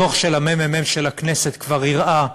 הדוח של הממ"מ של הכנסת כבר הראה,